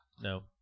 No